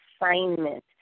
assignment